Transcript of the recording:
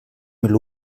mil